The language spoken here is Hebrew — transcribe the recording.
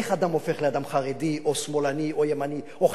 איך אדם הופך לאדם חרדי, או שמאלני, או ימני,